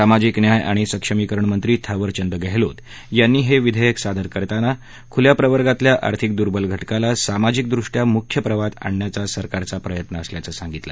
सामाजिक न्याय आणि सक्षमीकरण मंत्री थावरचंद गहलोत यांनी हे विघेयक सादर करताना खुल्या प्रवर्गातल्या आर्थिक दूर्बल घटकाला सामाजिक दृष्ट्या मुख्य प्रवाहात आणण्याचा सरकारचा प्रयत्न असल्याचं सांगितलं